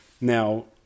Now